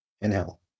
inhale